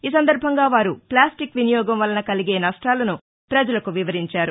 ఈ సందర్బంగా వారు ప్లాస్టిక్ వినియోగం వలన కలిగే నష్టాలను ప్రజలకు వివరించారు